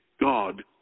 God